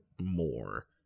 more